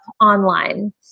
online